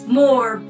more